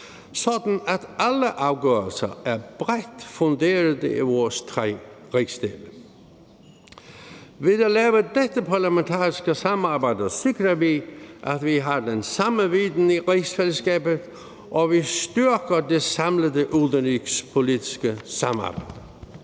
sådan at alle afgørelser er bredt funderede i vores tre rigsdele. Ved at lave dette parlamentariske samarbejde sikrer vi, at vi har den samme viden i rigsfællesskabet, og vi styrker det samlede udenrigspolitiske samarbejde.